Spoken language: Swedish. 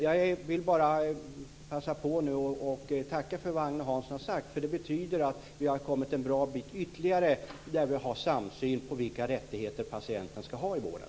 Jag vill bara passa på att tacka för det Agne Hansson nu har sagt, för det betyder att vi har kommit en bra bit ytterligare i en samsyn om vilka rättigheter patienten ska ha i vården.